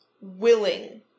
willing